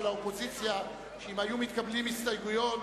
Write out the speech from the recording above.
האופוזיציה לכך שאם היו מתקבלות הסתייגויות,